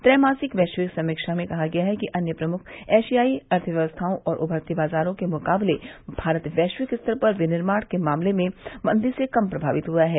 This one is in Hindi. त्रैमासिक वैश्विक समीक्षा में कहा गया है कि अन्य प्रमुख एशियाई अर्थव्यवस्थाओं और उभरते बाजारों के मुकाबले भारत वैश्विक स्तर पर विनिर्माण के मामले में मंदी से कम प्रभावित हुआ है